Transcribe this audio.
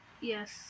Yes